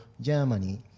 Germany